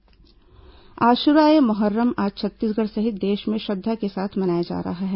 मोहर्रम आशुरा ए मोहर्रम आज छत्तीसगढ़ सहित देश में श्रद्धा के साथ मनाया जा रहा है